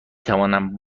توانم